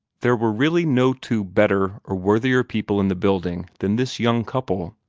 there were really no two better or worthier people in the building than this young couple,